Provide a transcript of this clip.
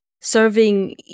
serving